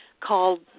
called